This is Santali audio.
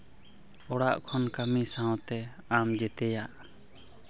ᱚᱲᱟᱜ ᱠᱷᱚᱱ ᱠᱟᱹᱢᱤ ᱥᱟᱶᱛᱮ ᱟᱢ ᱡᱮᱛᱮᱭᱟᱜ